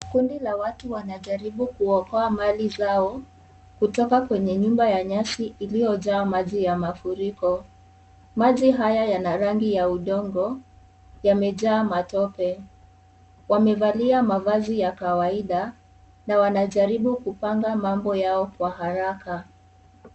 Kundi ya watu wanajaribu kuokoa mali zao, kutoka kwenye nyumba ya nyasi iliyojaa maji ya mafuriko, msji haya yana rangi ya ufongo yamejaa matope. Wamevalia mavazi za kawaida na wanajaribu kupanga mambo yao kwa haraka.